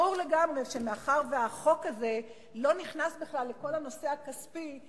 ברור לגמרי שמאחר שהחוק הזה לא נכנס בכלל לכל הנושא הכספי,